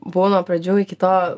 buvau nuo pradžių iki to